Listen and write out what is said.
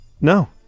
no